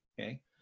okay